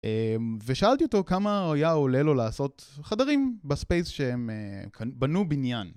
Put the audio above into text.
ושאלתי אותו כמה היה עולה לו לעשות חדרים בספייס שהם בנו בניין